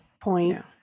point